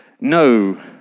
no